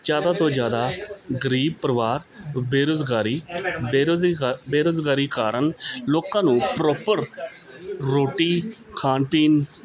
ਜ਼ਿਆਦਾ ਤੋਂ ਜ਼ਿਆਦਾ ਗਰੀਬ ਪਰਿਵਾਰ ਬੇਰੁਜ਼ਗਾਰੀ ਬੇਰੋਜਗਾ ਬੇਰੁਜ਼ਗਾਰੀ ਕਾਰਨ ਲੋਕਾਂ ਨੂੰ ਪ੍ਰੋਪਰ ਰੋਟੀ ਖਾਣ ਪੀਣ